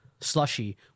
slushy